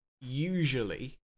usually